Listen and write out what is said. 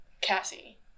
Cassie